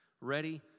Ready